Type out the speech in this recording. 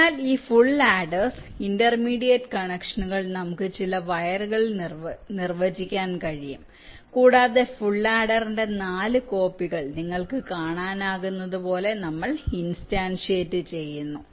അതിനാൽ ഈ full adders intermediate കണക്ഷനുകൾ നമുക്ക് ചില വയറുകൾ നിർവ്വചിക്കാൻ കഴിയും കൂടാതെ ഫുൾ ആഡ്ഡറിന്റെ 4 കോപ്പികൾ നിങ്ങൾക്ക് കാണാനാകുന്നതുപോലെ നമ്മൾഇൻസ്റ്റൻഷ്യേറ്റ് ചെയ്യുന്നു